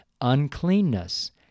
uncleanness